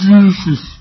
Jesus